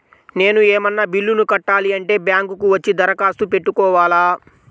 నేను ఏమన్నా బిల్లును కట్టాలి అంటే బ్యాంకు కు వచ్చి దరఖాస్తు పెట్టుకోవాలా?